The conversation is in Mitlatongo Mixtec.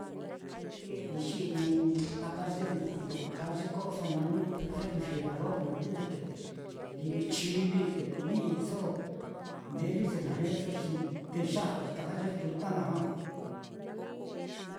Ni xi'iñu taka ye lo kaa ye ko'oso naá nuu refrigerador naá jnu ñate livi chivi, te kú ni'iso meeli ye na o, xi ndeya'vi taka ye fruta naá.